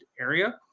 area